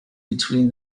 between